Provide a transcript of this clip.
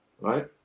right